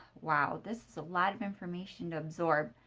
wow, this is a lot of information to absorb.